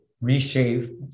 reshape